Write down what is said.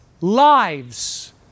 lives